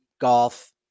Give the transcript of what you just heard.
golf